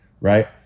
right